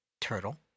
Turtle